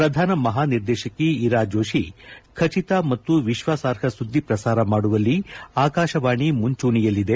ಪ್ರಧಾನ ಮಹಾ ನಿರ್ದೇಶಕಿ ಇರಾಜೋತಿ ಖಚಿತ ಮತ್ತು ವಿಶ್ವಾಸಾರ್ಹ ಸುದ್ದಿ ಪ್ರಸಾರ ಮಾಡುವಲ್ಲಿ ಆಕಾಶವಾಣಿ ಮುಂಚೂಣಿಯಲ್ಲಿದೆ